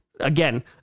Again